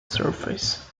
surface